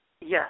yes